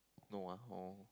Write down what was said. no ah oh